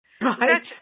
Right